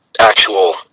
actual